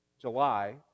july